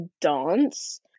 dance